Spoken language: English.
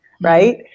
right